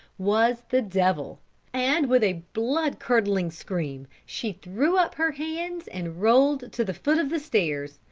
was the devil and with a blood-curdling scream she threw up her hands and rolled to the foot of the stairs,